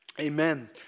Amen